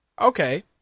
Okay